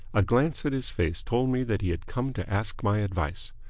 a glance at his face told me that he had come to ask my advice.